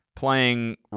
Playing